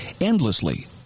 endlessly